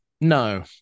no